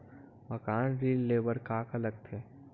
मकान ऋण ले बर का का लगथे?